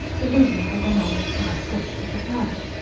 the reason for the helmet's high crest was apparent.